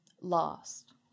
lost